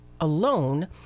alone